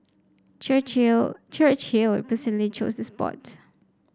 Churchill Churchill personally chose the spot